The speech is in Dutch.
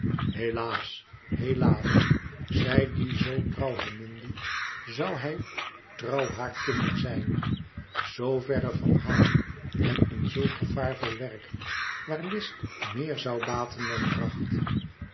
helaas helaas zij die zoo trouw hem minde zoû hij trouw haar kunnen zijn zoo verre van haar en in zulk gevaarvol werk waar list meer zoû baten dan kracht